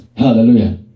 hallelujah